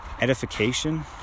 edification